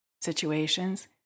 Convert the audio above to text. situations